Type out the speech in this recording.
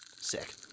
Sick